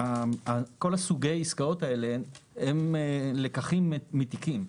כל סוגי העסקאות האלה הם לקחים מתיקים,